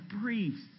priests